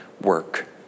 work